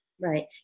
right